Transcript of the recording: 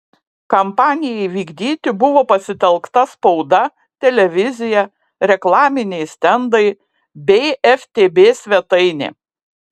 kampanijai vykdyti buvo pasitelkta spauda televizija reklaminiai stendai bei ftb svetainė